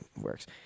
works